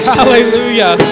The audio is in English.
Hallelujah